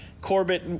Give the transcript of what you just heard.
Corbett